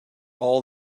all